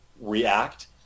react